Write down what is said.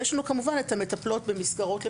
יש לנו כמובן את המטפלות במסגרות לפעוטות,